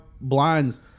blinds